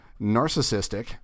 narcissistic